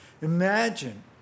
Imagine